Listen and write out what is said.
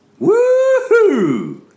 Woohoo